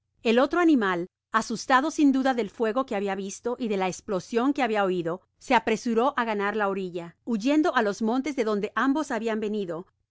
el otro animal asustado sin duda del fuego que habia visto y de la esplosion que babia oido se apresuró á ga dar la orilla buyeddo á los montes de donde ambos habian tenido